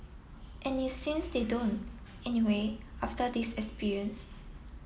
and it seems they don't anyway after this experience